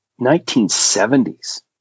1970s